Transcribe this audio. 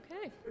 okay